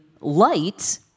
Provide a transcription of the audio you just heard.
light